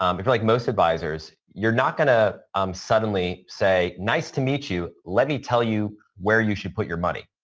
um you're like most advisors, you're not going to um suddenly say nice to meet you. let me tell you where you should put your money.